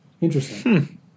Interesting